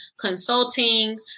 consulting